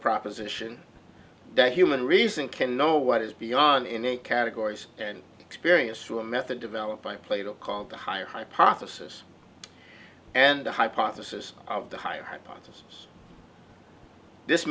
proposition that human reason can know what is beyond any categories and experience through a method developed by plato called the higher hypothesis and the hypothesis of the higher hypothesis this